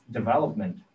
development